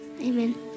Amen